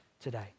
today